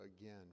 again